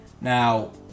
Now